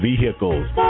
vehicles